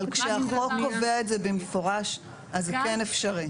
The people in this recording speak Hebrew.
כשהחוק קובע את זה במפורש אז זה כן אפשרי.